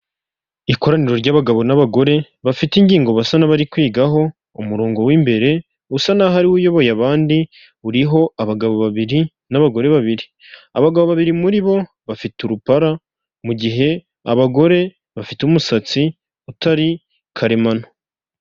Ikoraniro ry'abagabo n'abagore bafite ingingo basa n'abari kwigaho, umurongo w'imbere usa naho ariwo uyoboye abandi uriho abagabo babiri n'abagore babiri, abagabo babiri muri bo bafite urupara, mu gihe abagore bafite umusatsi utari karemano.